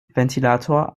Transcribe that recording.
ventilator